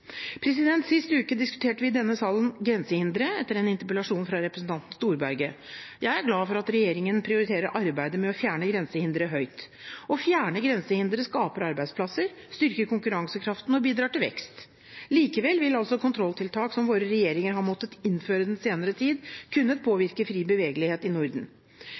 Sist uke diskuterte vi i denne salen grensehindre, etter en interpellasjon fra representanten Storberget. Jeg er glad for at regjeringen prioriterer arbeidet med å fjerne grensehindre høyt. Å fjerne grensehindre skaper arbeidsplasser, styrker konkurransekraften og bidrar til vekst. Likevel vil altså kontrolltiltak som våre regjeringer har måttet innføre den senere tid, kunne påvirke fri bevegelighet i Norden.